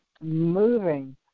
moving